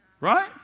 right